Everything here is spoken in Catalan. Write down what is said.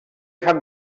fan